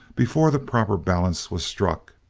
before the proper balance was struck!